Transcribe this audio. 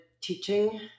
teaching